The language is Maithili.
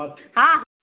अभी हॅं